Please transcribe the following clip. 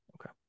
Okay